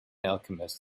alchemist